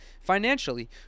financially